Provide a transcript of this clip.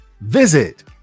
Visit